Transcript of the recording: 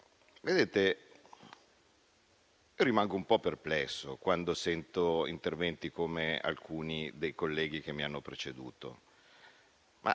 a parlare. Rimango un po' perplesso quando sento interventi come quelli di alcuni dei colleghi che mi hanno preceduto.